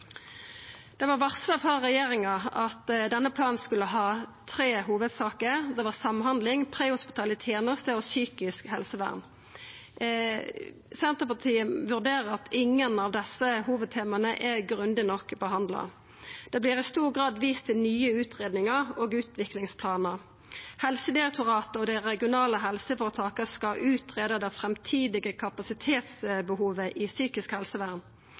Det var varsla frå regjeringa at denne planen skulle ha tre hovudsaker. Det var samhandling, prehospitale tenester og psykisk helsevern. Senterpartiet vurderer at ingen av desse hovudtemaa er grundig nok behandla. Det vert i stor grad vist til nye utgreiingar og utviklingsplanar. Helsedirektoratet og dei regionale helseføretaka skal greie ut det framtidige kapasitetsbehovet i psykisk helsevern.